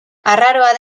arraroa